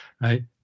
right